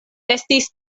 estis